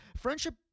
Friendship